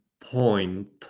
point